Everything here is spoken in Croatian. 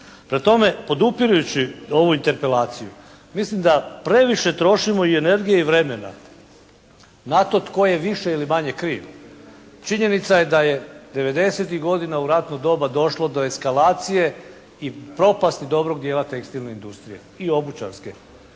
Prema tome podupirući ovu interpelaciju mislim da previše trošimo i energije i vremena na to tko je više ili manje kriv. Činjenica je da je 90-tih godina u ratno doba došlo do eskalacije i propasti dobrog dijela tekstilne industrije i obućarske.